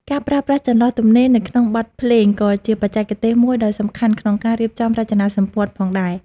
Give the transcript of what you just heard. ការប្រើប្រាស់ចន្លោះទំនេរនៅក្នុងបទភ្លេងក៏ជាបច្ចេកទេសមួយដ៏សំខាន់ក្នុងការរៀបចំរចនាសម្ព័ន្ធផងដែរ។